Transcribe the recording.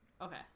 Okay